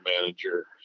manager